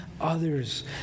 others